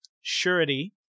surety